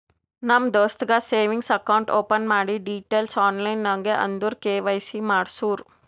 ನಮ್ ದೋಸ್ತಗ್ savings account open ಮಾಡಿ ಡೀಟೈಲ್ಸ್ ಆನ್ಲೈನ್ ನಾಗ್ ಅಂದುರ್ ಕೆ.ವೈ.ಸಿ ಮಾಡ್ಸುರು